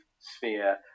sphere